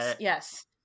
Yes